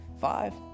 Five